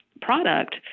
product